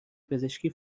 پزشکی